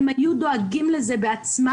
ולכן הם היו דואגים לזה בעצמם,